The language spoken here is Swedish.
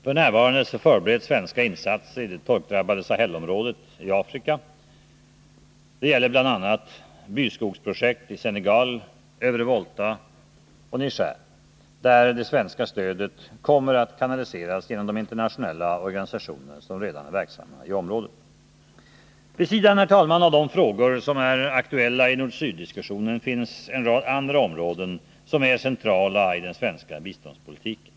F.n. förbereds svenska insatser i det torkdrabbade Sahel-området i Afrika. Det gäller bl.a. byskogsprojekt i Senegal, Övre Volta och Niger, där det svenska stödet kommer att kanaliseras genom de internationella organisationer som redan är verksamma i området. Herr talman! Vid sidan av de frågor som är aktuella i nord-syd diskussionen finns en rad andra områden, som är centrala i den svenska biståndspolitiken.